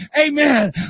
Amen